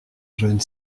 jeune